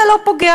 זה לא פוגע.